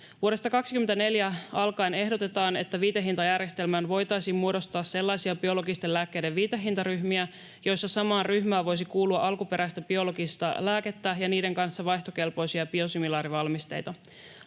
vuodesta 24 alkaen viitehintajärjestelmään voitaisiin muodostaa sellaisia biologisten lääkkeiden viitehintaryhmiä, joissa samaan ryhmään voisi kuulua alkuperäistä biologista lääkettä ja niiden kanssa vaihtokelpoisia biosimilaarivalmisteita.